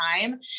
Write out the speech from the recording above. time